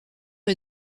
est